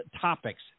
topics